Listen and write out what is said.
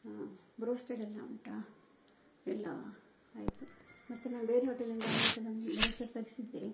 ಬ್ರೋಸ್ಟೆಡೆಲ್ಲ ಉಂಟ ಇಲ್ಲವ ಆಯಿತು ಮತ್ತೆ ನಾನು ಬೇರೆ ಹೋಟೆಲಿಂದ ಒಂದು ಸಲ ಬ್ರೋಸ್ಟೆಡ್ ತರಿಸಿದ್ದೆ